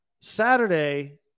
Saturday